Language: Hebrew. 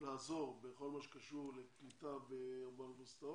לעזור בכל מה שקשור בקליטה באוניברסיטאות